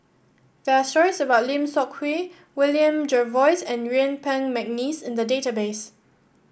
there are stories about Lim Seok Hui William Jervois and Yuen Peng McNeice in the database